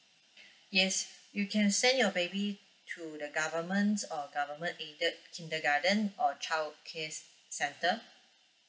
yes you can send your baby to the government or government aided kindergarten or childcare centre